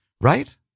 right